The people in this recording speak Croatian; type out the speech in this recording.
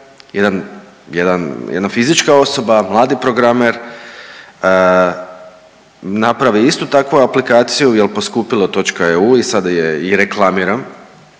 jedna fizička osoba, mladi programer napravi istu takvu aplikaciju jelposkupilo.eu i sada je i reklamiram